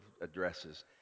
addresses